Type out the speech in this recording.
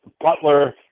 Butler